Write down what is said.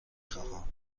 خواهم